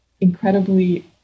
incredibly